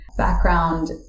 background